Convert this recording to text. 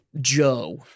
Joe